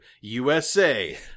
USA